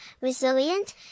resilient